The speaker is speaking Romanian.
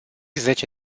zece